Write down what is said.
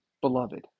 beloved